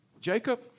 Jacob